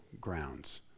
grounds